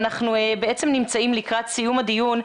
אנחנו נמצאים לקראת סיום הדיון.